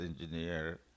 engineer